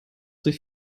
durch